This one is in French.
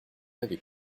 avez